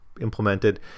implemented